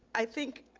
i think,